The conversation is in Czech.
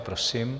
Prosím.